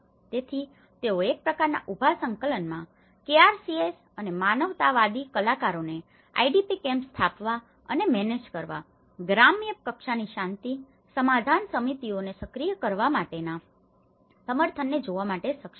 તેથી તેઓ એક પ્રકારનાં ઉભા સંકલનમાં કેઆરસીએસ અને માનવતાવાદી કલાકારોને આઇડીપી કેમ્પ સ્થાપવા અને મેનેજ કરવા ગ્રામ્ય કક્ષાની શાંતિ સમાધાન સમિતિઓને સક્રિય કરવા માટેના સમર્થનને જોવા માટે સક્ષમ છે